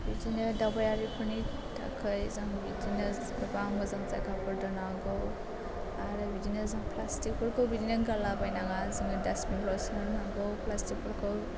बिदिनो दावबायारिफोरनि थाखाय जों बेदिनो गोबां मोजां जायगाफोर दोननांगौ आरो बिदिनो जों प्लासटिकफोरखौ बिदिनो गारलाबायनाङा जोङो डासबिनाव सोनांगौ प्लासटिकफोरखौ